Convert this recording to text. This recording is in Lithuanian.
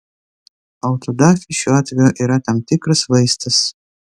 autodafė šiuo atveju yra tam tikras vaistas